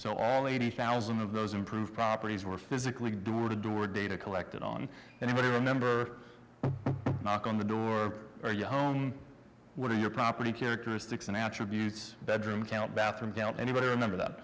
so all eighty thousand of those improved properties were physically door to door data collected on anybody remember knock on the door of your home what are your property characteristics an attribute bedroom count bathroom down anybody remember that